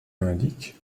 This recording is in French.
indique